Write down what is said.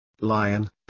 lion